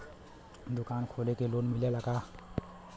दुकान खोले के लोन मिलेला का?